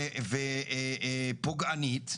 ופוגענית,